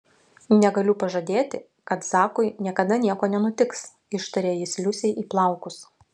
negaliu pažadėti kad zakui niekada nieko nenutiks ištarė jis liusei į plaukus